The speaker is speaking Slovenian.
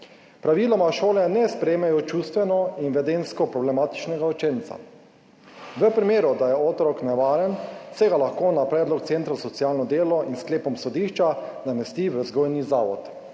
Praviloma šole ne sprejmejo čustveno in vedenjsko problematičnega učenca. V primeru, da je otrok nevaren, se ga lahko na predlog centra za socialno delo in s sklepom sodišča namesti v vzgojni zavod.